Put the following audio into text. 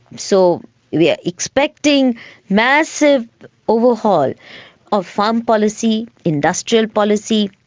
so we are expecting massive overhaul of farm policy, industrial policy,